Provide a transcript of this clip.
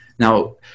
Now